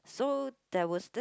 so there was this